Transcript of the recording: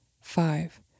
five